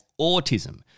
autism